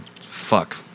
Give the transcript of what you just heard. fuck